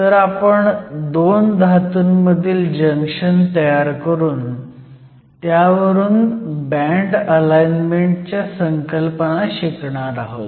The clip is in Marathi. तर आपण 2 धातूंमधील जंक्शन तयार करून त्यावरून बँड अलाईनमेंट च्या संकल्पना शिकणार आहोत